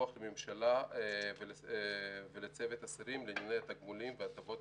והשירותים החברתיים ודיווח לממשלה ולצוות השרים לעניין התגמולים וההטבות